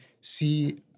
see